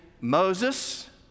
Moses